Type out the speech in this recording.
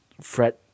fret